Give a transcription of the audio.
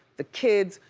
the kids,